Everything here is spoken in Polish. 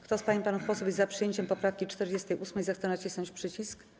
Kto z pań i panów posłów jest za przyjęciem poprawki 48., zechce nacisnąć przycisk.